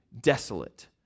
desolate